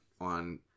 on